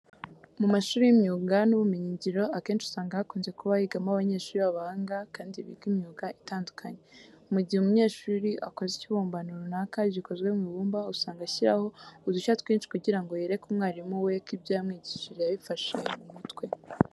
Mu mashuri y'imyuga n'ubumenyingiro akenshi usanga hakunze kuba higamo abanyeshuri b'abahanga kandi biga imyuga itandukanye. Mu gihe umunyeshuri akoze ikibumbano runaka gikozwe mu ibumba, usanga ashyiraho udushya twinshi kugira ngo yereke umwarimu we ko ibyo yamwigishije yabifashe mu mutwe.